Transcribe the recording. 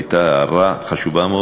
היא הייתה הערה חשובה מאוד.